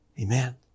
Amen